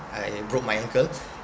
I broke my ankle